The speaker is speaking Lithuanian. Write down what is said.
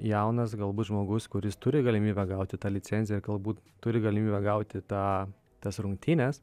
jaunas gabus žmogus kuris turi galimybę gauti tą licenciją galbūt turi galimybę gauti tą tas rungtynes